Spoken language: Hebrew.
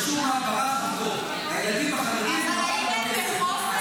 משום מה --- הילדים החרדים --- אבל אם הם בחופש?